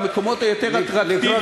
במקומות היותר-אטרקטיביים.